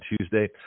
Tuesday